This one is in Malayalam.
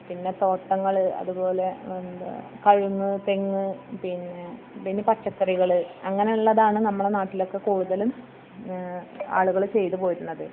പിന്നെ തോട്ടങ്ങൾ അതുപോലെ എന്താ കവുങ്ങ് തെങ്ങ് പിന്നെ പിന്നെ പച്ചക്കറികൾ അങ്ങനെയുള്ളതാണ് നമ്മളെ നാട്ടിലൊക്കെ കൂടുതലും ആളുകൾ ചെയ്തു പോരുന്നത്